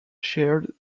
chaired